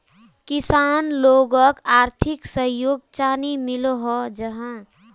किसान लोगोक आर्थिक सहयोग चाँ नी मिलोहो जाहा?